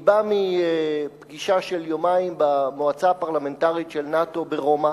אני בא מפגישה של יומיים במועצה הפרלמנטרית של נאט"ו ברומא.